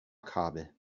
kabel